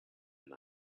and